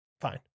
fine